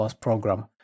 program